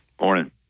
Morning